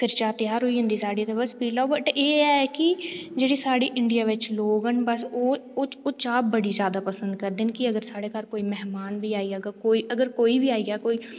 ते फिर साढ़ी चाह् त्यार होई जंदी ते पिलाओ घुट्ट पर एह् ऐ कि जेह्ड़ी साढ़ी इंडिया बिच लोक न ओह् चाह् बड़ी जादा पसंद करदे न कि अगर साढ़े घर कोई मेहमान बी आई जाह्गा ते अगर कोई बी आई जा कोई